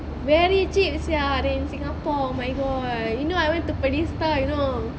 very cheap sia than in singapore oh my god you know I went to pearlista you know